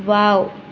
wow